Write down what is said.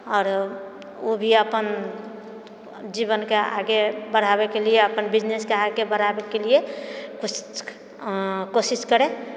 आओर ओ भी अपन जीवन के आगे बढ़ाबै के लिये अपन बिजनेसके आगे बढ़ाबैके लिये किछु कोशिश करै